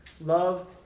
love